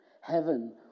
Heaven